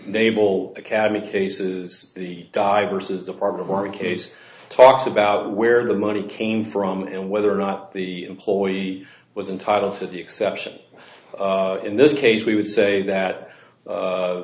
naval academy cases diverses department or in case talks about where the money came from and whether or not the employee was entitled to the exception in this case we would say that